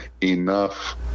enough